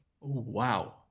wow